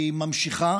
היא נמשכת.